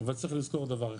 אבל צריך לזכור דבר אחד,